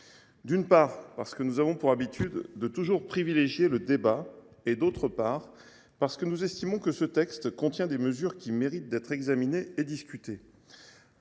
d’une part, parce qu’ils ont pour habitude de toujours privilégier le débat et, d’autre part, parce qu’ils estiment que ce texte comporte des mesures qui méritent d’être examinées et discutées.